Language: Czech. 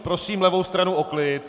Prosím levou stranu o klid.